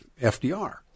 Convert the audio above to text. FDR